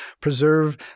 preserve